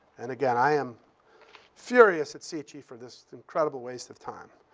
and again, i am furious at si-chee for this incredible waste of time.